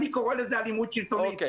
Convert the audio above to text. אני קורא לזה אלימות שלטונית.